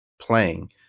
playing